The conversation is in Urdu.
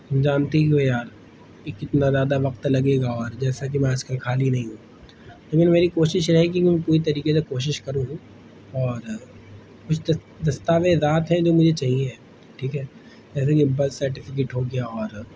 تم جانتے ہی ہو یار کہ کتنا زیادہ وقت لگے گا اور جیسا کہ میں آج کل خالی نہیں ہوں لیکن میری کوشش رہے گی کہ میں پوری طریقے سے کوشش کروں اور کچھ دس دستاویزات ہیں جو مجھے چاہیے ٹھیک ہے جیسے کہ برتھ سرٹیفکیٹ ہو گیا اور